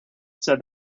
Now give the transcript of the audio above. said